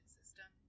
system